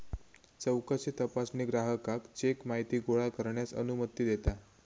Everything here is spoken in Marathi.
चौकशी तपासणी ग्राहकाक चेक माहिती गोळा करण्यास अनुमती देता